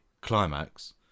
climax